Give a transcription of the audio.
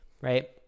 right